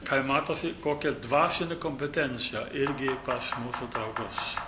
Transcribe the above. kad matosi kokia dvasinė kompetencija irgi pas mūsų draugus